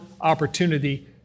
opportunity